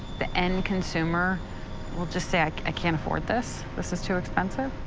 the end consumer will just say, like ah can't afford this, this is too expensive?